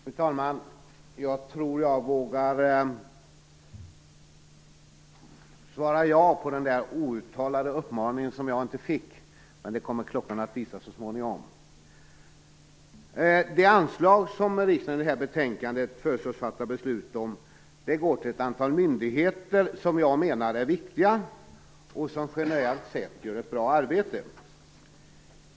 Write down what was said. Fru talman! Jag tror jag vågar svara ja på den outtalade uppmaning att korta mitt anförande, som jag inte fick. Men det kommer klockorna att visa så småningom. De anslag som riksdagen i detta betänkande föreslås fatta beslut om går till ett antal myndigheter som jag menar är viktiga och som generellt sett gör ett bra arbete.